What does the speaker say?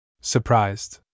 Surprised